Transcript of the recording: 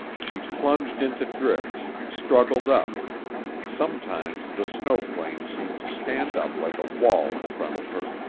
she plunged into drifts, struggled up sometimes the snow-plane seemed to stand up like a wall in front of her,